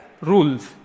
rules